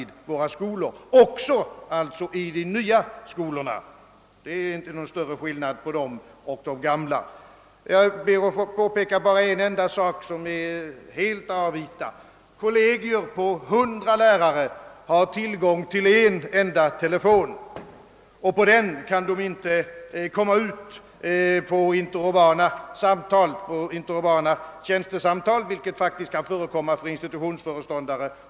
Detta gäller också de nya skolorna, som härvidlag inte i någon större utsträckning skiljer sig från de gamla. Jag ber att få påpeka bara ett enda förhållande som är helt avvita. Det förekommer att kollegier på cirka 100 lärare har tillgång till en enda telefon, på vilken de icke utan särskild anmälan kan ringa interurbana tjänstesamtal, som faktiskt kan förekomma för bl a. institutionsföreståndare.